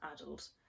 adult